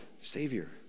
Savior